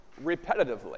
repetitively